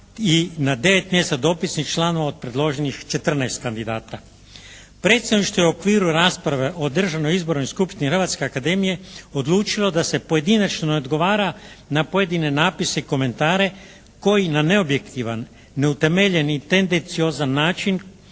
9 mjesta dopisnih članova predloženih 14 kandidata. Predstavništvo je u okviru rasprave o Državnoj izbornoj skupštini Hrvatske akademije odlučilo da se pojedinačno odgovara na pojedine napise i komentare koji na neobjektivan, neutemeljen i tendenciozan način